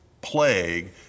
plague